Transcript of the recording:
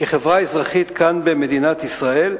כחברה אזרחית כאן, במדינת ישראל.